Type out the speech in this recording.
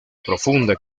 profunda